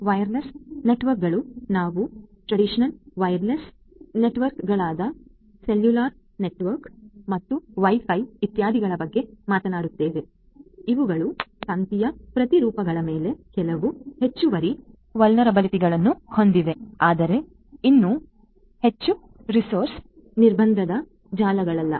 wireless ನೆಟ್ವರ್ಕ್ಗಳು ನಾವು traditional wireless ನೆಟ್ವರ್ಕ್ಗಳಾದ ಸೆಲ್ಯುಲಾರ್ ನೆಟ್ವರ್ಕ್ಗಳು ಮತ್ತು ವೈ ಫೈ ಇತ್ಯಾದಿಗಳ ಬಗ್ಗೆ ಮಾತನಾಡುತ್ತೇವೆ ಇವುಗಳು ತಂತಿಯ ಪ್ರತಿರೂಪಗಳ ಮೇಲೆ ಕೆಲವು ಹೆಚ್ಚುವರಿ ಸುಭೇದ್ಯಗಳನ್ನು ಹೊಂದಿವೆ ಆದರೆ ಇನ್ನೂ ಇವು ಹೆಚ್ಚು ರಿಸೋರ್ಸಸ್ ನಿರ್ಬಂಧದ ಜಾಲಗಳಲ್ಲ